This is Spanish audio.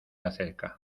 acerca